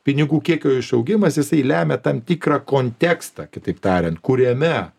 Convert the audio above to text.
pinigų kiekio išaugimas jisai lemia tam tikrą kontekstą kitaip tariant kuriame